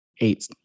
eight